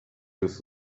use